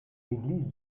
église